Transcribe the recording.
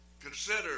Consider